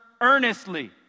earnestly